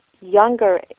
younger